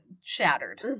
shattered